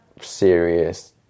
serious